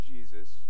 Jesus